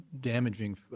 damaging